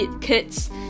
kids